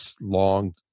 long